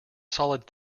solid